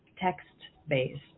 text-based